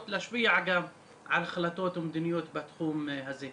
להשפיע גם על החלטות ומדיניות בתחום הזה.